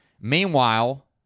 Meanwhile